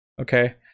okay